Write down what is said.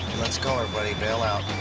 let's go everybody. bail out.